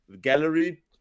gallery